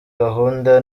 gahunda